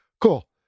cool